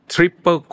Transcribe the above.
Triple